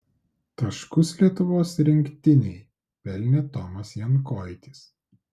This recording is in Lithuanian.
taškus lietuvos rinktinei pelnė tomas jankoitis